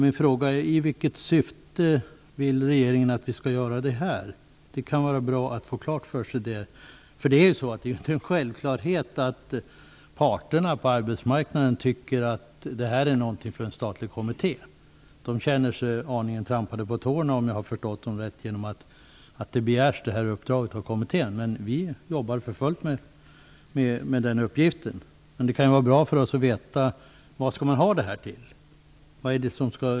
Min fråga är: I vilket syfte vill regeringen att vi skall göra detta? Det kan vara bra att få det klart för sig, för det är ju inte någon självklarhet att parterna på arbetsmarknaden tycker att detta är någonting för en statlig kommitté. Om jag har förstått dem rätt känner de sig aningen trampade på tårna genom att detta uppdrag begärs av kommittén. Vi jobbar för fullt med den uppgiften, men det kan vara bra för oss att veta vad man skall ha detta till.